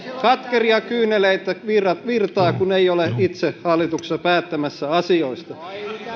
katkeria kyyneliä virtaa kun ei ole itse hallituksessa päättämässä asioista